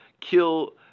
kill